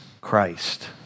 Christ